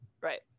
Right